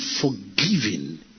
forgiven